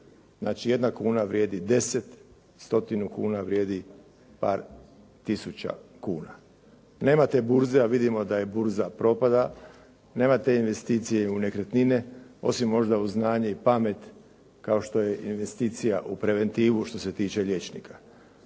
Znači, jedna kuna vrijedi 10, stotinu kuna vrijedi par tisuća kuna. Nema te burze, a vidimo da burza propada, nema te investicije u nekretnine, osim možda u znanje i pamet, kao što je investicija u preventivu što se tiče liječnika.